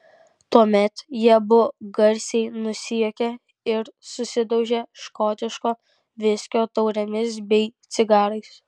tuomet jie abu garsiai nusijuokia ir susidaužia škotiško viskio taurėmis bei cigarais